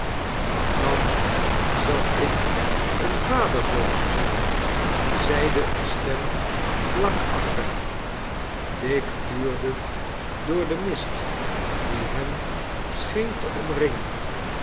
dan zal ik een vader voor u zijn zeide eene stem vlak achter hem dick tuurde door den mist die hem scheen te omringen